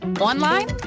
online